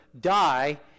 die